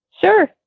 Sure